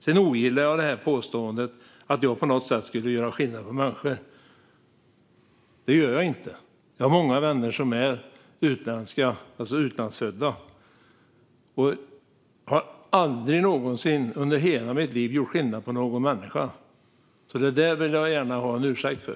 Sedan ogillar jag påståendet att jag på något sätt skulle göra skillnad på människor. Det gör jag inte. Jag har många vänner som är utländska, alltså utlandsfödda. Jag har aldrig någonsin under hela mitt liv gjort skillnad på någon människa. Det vill jag gärna ha en ursäkt för.